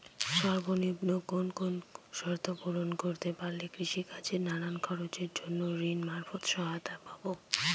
সর্বনিম্ন কোন কোন শর্ত পূরণ করতে পারলে কৃষিকাজের নানান খরচের জন্য ঋণ মারফত সহায়তা পাব?